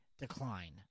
decline